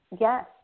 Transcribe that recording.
yes